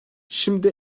şimdi